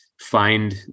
find